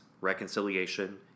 reconciliation